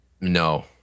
no